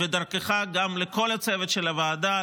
ודרכך לכל הצוות של הוועדה,